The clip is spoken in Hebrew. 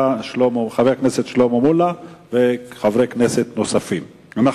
חבר הכנסת שלמה מולה וחברי כנסת נוספים היו המציעים.